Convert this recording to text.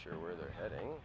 sure where they're heading